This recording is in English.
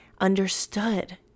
understood